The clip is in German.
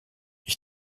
ich